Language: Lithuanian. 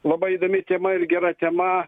labai įdomi tema ir gera tema